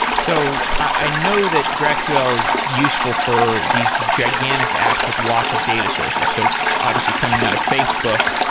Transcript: so i know that graphql is useful for these gigantic apps with lots of data sources, so obviously coming out of facebook.